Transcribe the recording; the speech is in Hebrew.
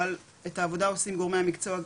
אבל את העבודה עושים גורמי המקצוע,